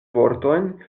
vortojn